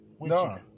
No